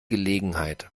gelegenheit